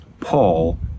Paul